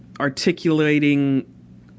articulating